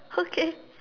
okay